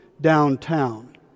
downtown